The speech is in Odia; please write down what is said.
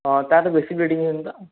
ହଁ ତାର ବେଶୀ ବ୍ଲିଡିଙ୍ଗ୍ ହଉନି ତ